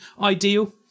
ideal